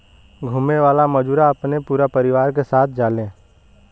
घुमे वाला मजूरा अपने पूरा परिवार के साथ जाले